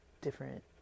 different